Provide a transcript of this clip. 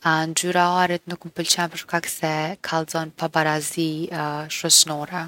Ngjyra e arit nuk m’pëlqen për shkak se kallzon pabarazi shoqnore.